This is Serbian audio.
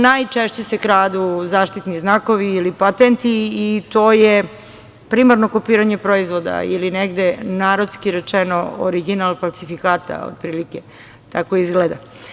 Najčešće se kradu zaštitni znakovi ili patenti i to je primarno kopiranje proizvoda ili negde narodski rečeno, original falsifikata, otprilike tako izgleda.